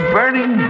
Burning